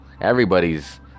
everybody's